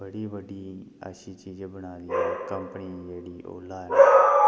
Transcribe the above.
बड़ी बड्डी अच्छी चीज ऐ बनाई कंपनी जेह्ड़ी ओला ऐ